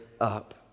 up